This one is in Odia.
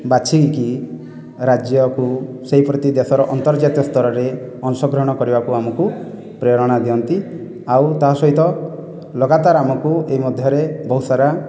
ବାଛିକି ରାଜ୍ୟକୁ ସେହିପ୍ରତି ଦେଶର ଅନ୍ତର୍ଜାତୀୟ ସ୍ତରରେ ଅଂଶଗ୍ରହଣ କରିବାକୁ ଆମକୁ ପ୍ରେରଣା ଦିଅନ୍ତି ଓ ତା ସହିତ ଲଗାତାର ଆମକୁ ଏହି ମଧ୍ୟରେ ବହୁତ ସାରା